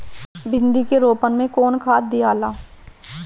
भिंदी के रोपन मे कौन खाद दियाला?